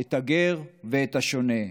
את הגר ואת השונה.